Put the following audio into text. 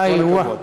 איוא.